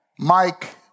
Mike